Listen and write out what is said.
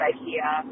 Ikea